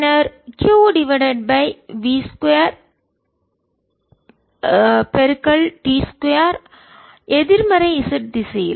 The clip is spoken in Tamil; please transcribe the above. பின்னர் q divided by v 2 t 2 எதிர்மறை z திசையில்